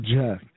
Jeff